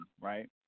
right